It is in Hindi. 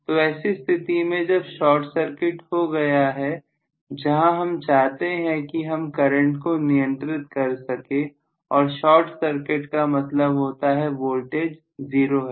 तो ऐसी स्थिति में जब शॉर्ट सर्किट हो गया है जहां हम चाहते हैं कि हम करंट को नियंत्रित कर सके और शार्ट सर्किट का मतलब होता है वोल्टेज जीरो है